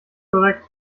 korrekt